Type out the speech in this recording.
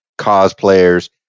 cosplayers